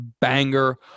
banger